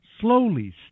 Slowly